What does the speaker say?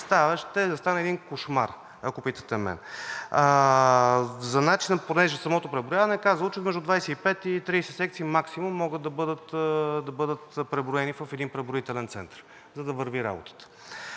Ще настане един кошмар, ако питате мен, за начина, понеже самото преброяване е казано, че между 25 и 30 секции максимум могат да бъдат преброени в един преброителен център, за да върви работата.